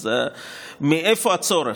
אז מאיפה הצורך?